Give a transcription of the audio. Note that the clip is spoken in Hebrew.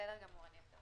בסדר גמור, אני אבדוק.